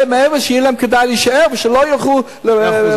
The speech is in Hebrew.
שיהיה להם כדאי להישאר ושלא ילכו לבתי-חולים.